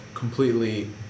completely